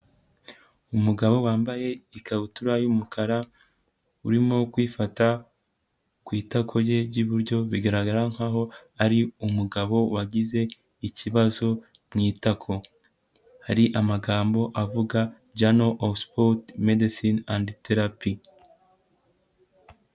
Umugabo wambaye ikabutura y'umukara urimo kwifata ku itako rye ry'iburyo bigaragara nkaho ari umugabo wagize ikibazo mu itako, hari amagambo avuga jano ofusipoti medesine andi terapi.